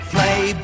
Play